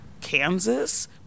Kansas